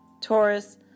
Taurus